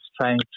trying